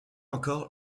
encore